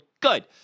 good